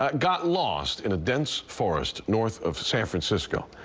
got got lost in a dense forest north of san francisco,